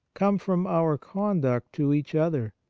come from our conduct to each other.